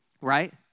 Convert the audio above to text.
right